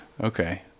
okay